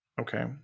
Okay